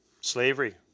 slavery